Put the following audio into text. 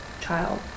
child